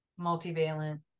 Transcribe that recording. multivalent